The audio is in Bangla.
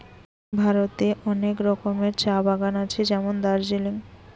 ভারতে অনেক রকমের চা বাগান আছে যেমন দার্জিলিং